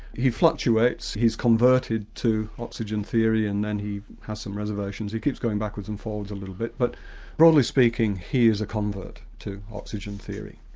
he fluctuates, he's converted to oxygen theory and then he has some reservations he keeps going backwards and forwards a little bit but broadly speaking, he is a convert to oxygen theory.